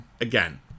again